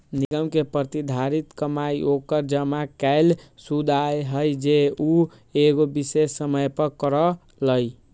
निगम के प्रतिधारित कमाई ओकर जमा कैल शुद्ध आय हई जे उ एगो विशेष समय पर करअ लई